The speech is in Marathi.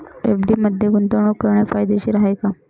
एफ.डी मध्ये गुंतवणूक करणे फायदेशीर आहे का?